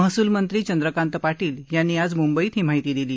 महसूलमंत्री चंद्रकांत पाटील यांनी आज मुंबईत ही माहिती दिली